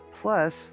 Plus